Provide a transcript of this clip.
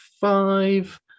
five